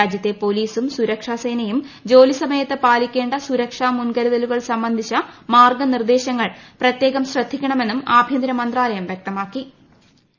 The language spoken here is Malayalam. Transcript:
രാജ്യത്തെ പൊൽീസ്പും സുരക്ഷാ സേനയും ജോലി സമയത്ത് പാലിക്കേണ്ട സ്പൂര്ക്ഷാ് മുൻകരുതലുകൾ സംബന്ധിച്ച മാർഗ്ഗ നിർദ്ദേശങ്ങൾ പ്രത്യേക്കം ശ്രദ്ധിക്കണമെന്നും ആഭ്യന്തര മന്ത്രാലയം വ്യക്തമാക്കു്